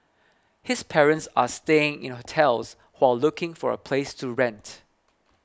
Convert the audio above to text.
his parents are staying in hotels while looking for a place to rent